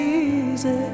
easy